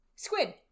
Squid